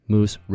Moose